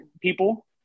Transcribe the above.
people